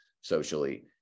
socially